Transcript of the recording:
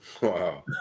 Wow